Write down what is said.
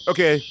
Okay